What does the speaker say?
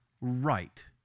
right